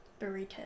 burrito